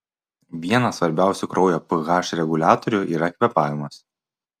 vienas svarbiausių kraujo ph reguliatorių yra kvėpavimas